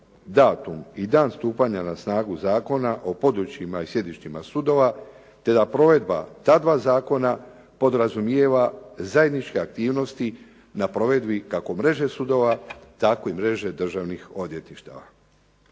datum i dan stupanja na snagu zakona o područjima i sjedištima sudova te da provedba ta dva zakona podrazumijeva zajedničke aktivnosti na provedbi kako mreže sudova tako i mreže državnih odvjetništava.